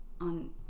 on